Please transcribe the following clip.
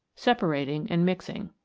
separating and mixing.